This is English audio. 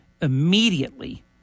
immediately